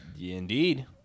Indeed